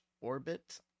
orbit